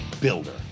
builder